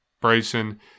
Bryson